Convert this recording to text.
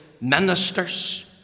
ministers